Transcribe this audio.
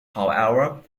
however